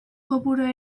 kopurua